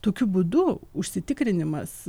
tokiu būdu užsitikrinimas